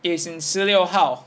is in 十六号